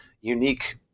unique